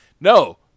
No